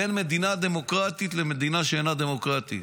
בין מדינה דמוקרטית למדינה שאינה דמוקרטית.